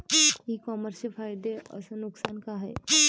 इ कामर्सचे फायदे अस नुकसान का हाये